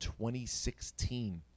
2016